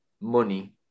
money